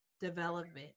development